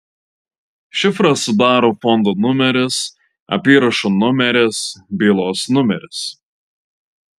šifrą sudaro fondo numeris apyrašo numeris bylos numeris